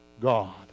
God